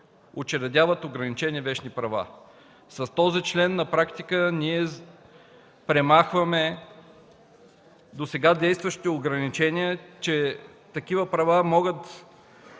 учредяват ограничени вещни права. С този член на практика премахваме досега действащите ограничения, че такива права могат